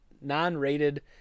non-rated